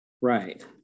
right